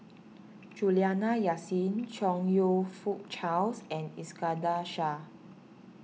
Juliana Yasin Chong You Fook Charles and Iskandar Shah